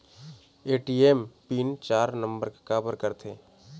ATM PIN चार number के काबर करथे?